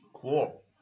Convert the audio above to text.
Cool